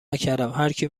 نکردم، هرکی